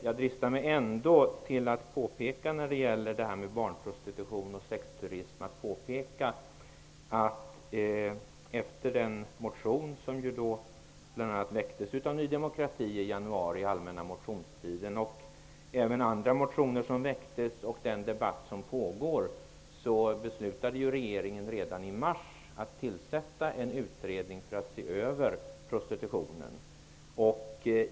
När det gäller barnprostitution och sexturism dristar jag mig ändå till att påpeka att till följd av den motion som bl.a. väcktes av Ny demokrati under den allmänna motionstiden i januari, andra motioner som väcktes och den debatt som pågår, beslutade regeringen redan i mars att tillsätta en utredning för att se över prostitutionen.